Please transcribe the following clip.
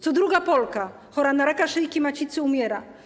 Co druga Polka chora na raka szyjki macicy umiera.